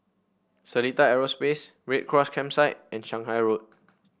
Seletar Aerospace Red Cross Campsite and Shanghai Road